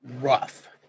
rough